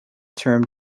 term